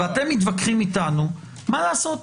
ואתם מתווכחים אתנו מה לעשות.